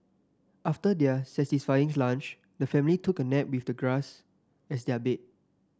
after their satisfying lunch the family took a nap with the grass as their bed